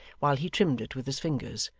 while he trimmed it with his fingers.